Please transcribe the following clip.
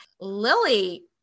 lily